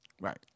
Right